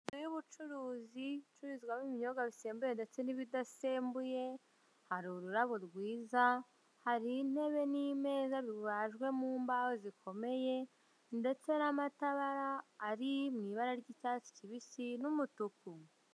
Inzu y'ubucuruzi icururizwamo ibinyobwa bisembuye ndetse n'ibidasembuye, hari ururabo rwiza hari intebe n'imeza bibaje mu mbaho zikomeye ndetse n'amatara ari mu ibara ry'icyatsi n'umutuku.